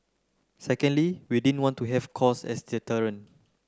secondly we didn't want to have cost as deterrent